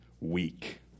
weak